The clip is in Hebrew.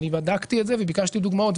בדקתי את זה וביקשתי דוגמאות.